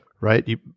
Right